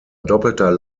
doppelter